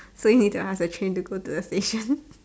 so you need to ask the train to go to the station